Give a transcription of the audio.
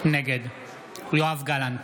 נגד יואב גלנט,